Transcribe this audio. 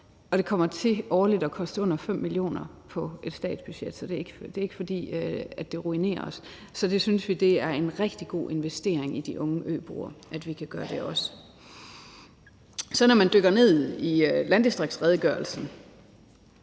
og det vil komme til at koste under 5 mio. kr. årligt på et statsbudget, så det er ikke, fordi det ruinerer os. Vi synes, det er en rigtig god investering i de unge øboere, at vi også kan gøre det. Når man dykker ned i landdistriktsredegørelsen,